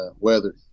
weather